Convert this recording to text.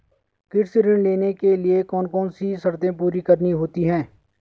कृषि ऋण लेने के लिए कौन कौन सी शर्तें पूरी करनी होती हैं?